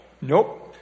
Nope